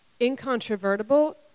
incontrovertible